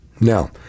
Now